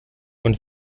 und